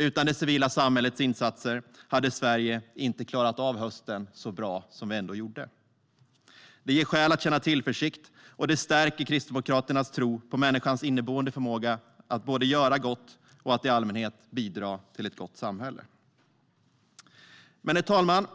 Utan det civila samhällets insatser hade Sverige inte klarat av hösten så bra som vi ändå gjorde. Detta ger skäl att känna tillförsikt. Det stärker Kristdemokraternas tro på människans inneboende förmåga att både göra gott och i allmänhet bidra till ett gott samhälle. Herr talman!